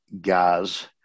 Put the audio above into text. guys